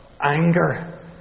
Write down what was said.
anger